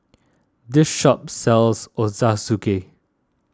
this shop sells Ochazuke